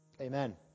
amen